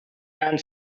and